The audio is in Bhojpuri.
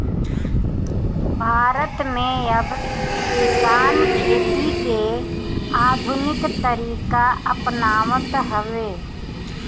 भारत में अब किसान खेती के आधुनिक तरीका अपनावत हवे